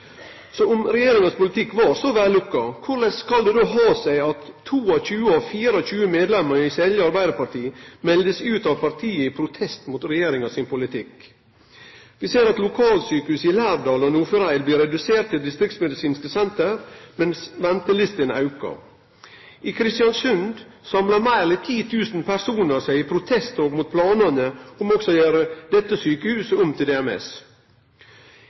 så framstår ho noko annleis sett utanfrå. Om regjeringas politikk var så vellukka, korleis kan det då ha seg at 22 av 24 medlemer i Selje Arbeidarparti melder seg ut av partiet i protest mot regjeringa sin politikk? Vi ser at lokalsjukehusa i Lærdal og Nordfjordeid blir reduserte til distriktsmedisinske senter, mens ventelistene aukar. I Kristiansund samla meir enn 10 000 personar seg i protesttog mot planane om også å gjere sjukehuset der om til